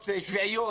שביעיות?